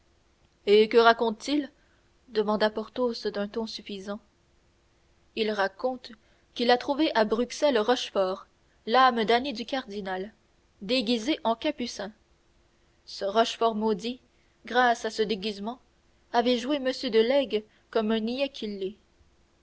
et que raconte-t-il demanda porthos d'un ton suffisant il raconte qu'il a trouvé à bruxelles rochefort l'âme damnée du cardinal déguisé en capucin ce rochefort maudit grâce à ce déguisement avait joué m de laigues comme un